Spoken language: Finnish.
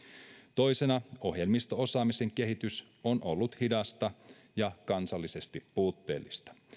toisena ohjelmisto osaamisen kehitys on ollut hidasta ja kansallisesti puutteellista